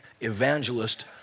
evangelist